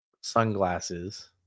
sunglasses